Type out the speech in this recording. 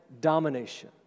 domination